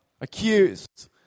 accused